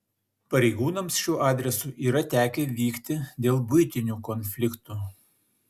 pareigūnams šiuo adresu yra tekę vykti dėl buitinių konfliktų